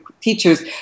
teachers